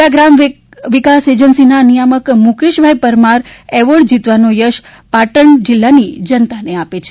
જિલ્લા ગ્રામવિકાસ એજન્સીના નિયામક મુકેશભાઇ પરમાર એવોર્ડ જીતવાનો યશ પાટણ જિલ્લાની જનતાને આપે છે